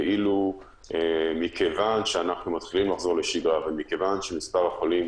כאילו מכיוון שאנחנו מתחילים לחזור לשגרה ומכיוון שמספר החולים